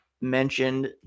mentioned